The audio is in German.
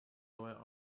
neuer